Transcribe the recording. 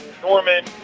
Norman